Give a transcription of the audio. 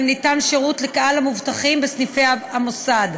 שבהם ניתן שירות לקהל המבוטחים בסניפי המוסד.